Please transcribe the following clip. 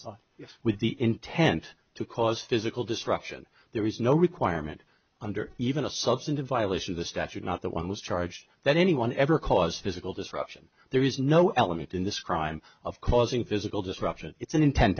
if with the intent to cause physical destruction there is no requirement under even a substantive violation of the statute not the one was charged that anyone ever cause physical disruption there is no element in this crime of causing physical disruption it's an inten